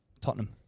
Tottenham